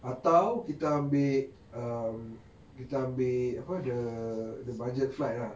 atau kita ambil um kita ambil apa the the budget flight ah